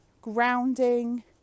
grounding